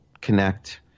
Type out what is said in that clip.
connect